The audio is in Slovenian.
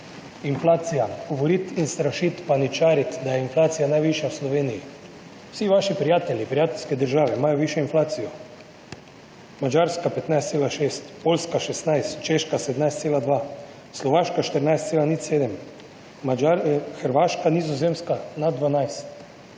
Inflacija, govoriti in strašiti, paničariti, da je inflacija najvišja v Sloveniji. Vsi vaši prijatelji, prijateljske države imajo višjo inflacijo, Madžarska 15,6, Poljska 16, Češka 17,2, Slovaška 14,07, Hrvaška, Nizozemska nad 12.